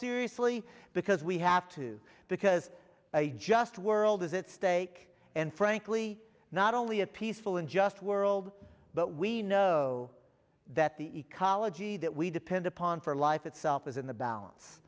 seriously because we have to because a just world is at stake and frankly not only a peaceful and just world but we know that the ecology that we depend upon for life itself is in the balance